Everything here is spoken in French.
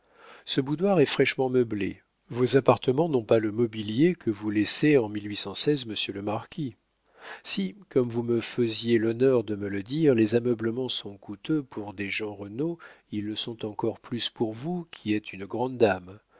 ce boudoir est fraîchement meublé vos appartements n'ont pas le mobilier que vous laissait en monsieur le marquis si comme vous me faisiez l'honneur de me le dire les ameublements sont coûteux pour des jeanrenaud ils le sont encore plus pour vous qui êtes une grande dame